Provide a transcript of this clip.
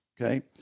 Okay